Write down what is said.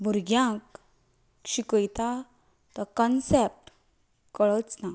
भुरग्यांक शिकयता तो कॉन्सेप्ट कळच ना